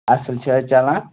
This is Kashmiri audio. اَصٕل چھِ حظ چَلان